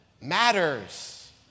matters